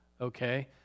okay